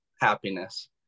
happiness